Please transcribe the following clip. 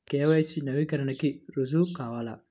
KYC నవీకరణకి రుజువు కావాలా?